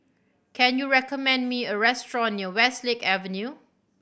can you recommend me a restaurant near Westlake Avenue